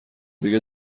دیگه